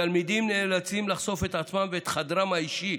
תלמידים נאלצים לחשוף את עצמם ואת חדרם האישי,